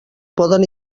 poden